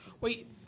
Wait